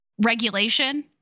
regulation